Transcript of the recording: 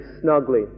snugly